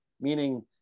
meaning